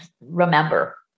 remember